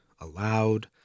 allowed